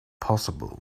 possible